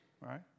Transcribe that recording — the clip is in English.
right